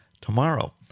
tomorrow